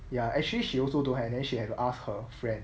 ya actually she also don't have then she had asked her friend